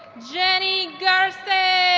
jenny garces